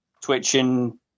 twitching